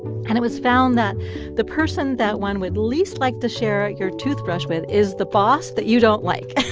and it was found that the person that one would least like to share your toothbrush with is the boss that you don't like.